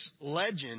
legend